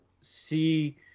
see